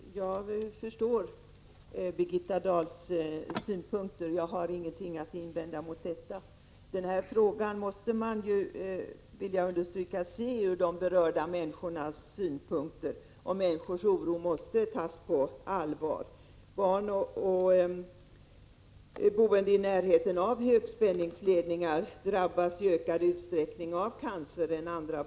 Herr talman! Jag förstår Birgitta Dahls synpunkter. Jag har ingenting att invända mot dem. Den här frågan måste man, det vill jag understryka, se ur de berörda människornas synpunkt. Människornas oro måste tas på allvar. Barn och boende i närheten av högspänningsledningar drabbas i större utsträckning av cancer än andra.